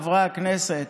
חברי הכנסת,